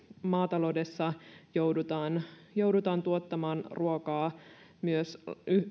maataloudessa myös joudutaan tuottamaan ruokaa